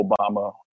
Obama